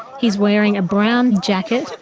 he's wearing a brown jacket,